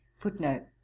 footnote